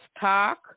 talk